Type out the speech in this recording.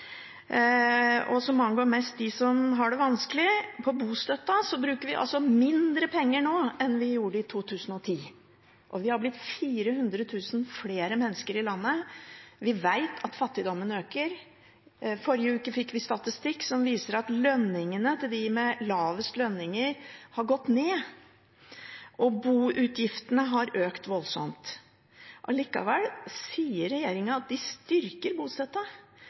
og som angår mest dem som har det vanskelig, er bostøtten, og der bruker vi mindre penger nå enn vi gjorde i 2010, og vi har blitt 400 000 flere mennesker i landet. Vi vet at fattigdommen øker. Forrige uke fikk vi statistikk som viser at lønningene til de lavest lønte har gått ned, og boutgiftene har økt voldsomt. Likevel sier regjeringen at de styrker